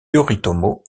yoritomo